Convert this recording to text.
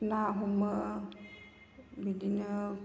ना हमो बिदिनो